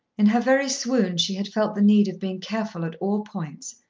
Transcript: in her very swoon she had felt the need of being careful at all points.